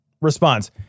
Response